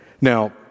now